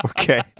Okay